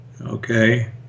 Okay